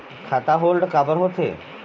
खाता होल्ड काबर होथे?